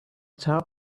top